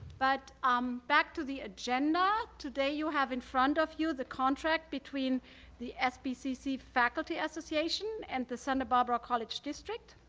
but um back to the agenda. today you have in front of you the contract between the sbcc faculty association and the santa barbara college district.